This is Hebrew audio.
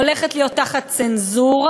הולך להיות תחת צנזורה,